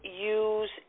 use